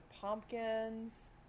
pumpkins